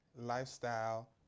lifestyle